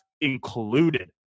included